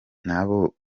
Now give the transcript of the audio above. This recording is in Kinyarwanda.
ntabo